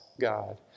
God